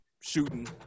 shooting